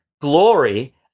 glory